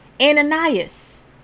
Ananias